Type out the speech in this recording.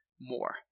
more